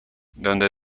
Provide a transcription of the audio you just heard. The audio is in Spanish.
donde